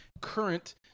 current